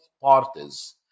parties